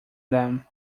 them